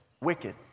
wicked